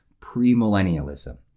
premillennialism